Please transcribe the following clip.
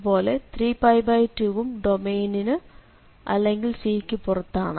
അതുപോലെ 3π2 ഉം ഡൊമെയ്നിനു അല്ലെങ്കിൽ C ക്കു പുറത്താണ്